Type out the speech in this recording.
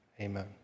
Amen